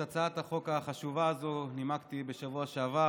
את הצעת החוק החשובה הזאת נימקתי בשבוע שעבר.